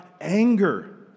anger